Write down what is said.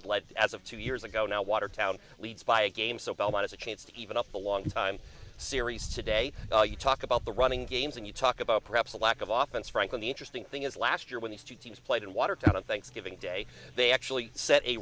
at life as of two years ago now watertown leads by a game so belmont is a chance to even up a long time series today you talk about the running games and you talk about perhaps a lack of office frank on the interesting thing as last year when these two teams played in watertown on thanksgiving day they actually set a